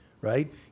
right